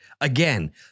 Again